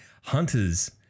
hunters